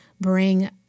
bring